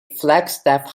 flagstaff